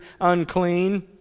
unclean